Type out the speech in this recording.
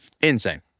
insane